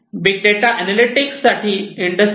big data analytics साठी industry 4